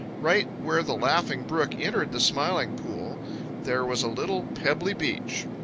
right where the laughing brook entered the smiling pool there was a little pebbly beach.